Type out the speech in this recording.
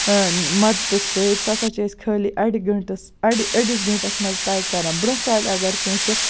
مدتہٕ سۭتۍ سُہ سا چھِ أسۍ خٲلی اَڑِ گٲنٹہٕ أڑِس گٲنٹَس منٛز طے کران برونٛہہ کالہِ اَگر کٲنٛسہِ